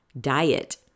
diet